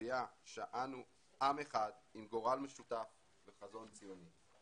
קביעה שאנו עם אחד עם גורל משותף וחזון ציוני.